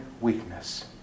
weakness